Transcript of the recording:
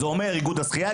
זה אומר איגוד השחייה,